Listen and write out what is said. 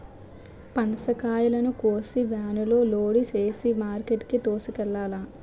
పనసకాయలను కోసి వేనులో లోడు సేసి మార్కెట్ కి తోలుకెల్లాల